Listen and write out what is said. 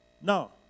Now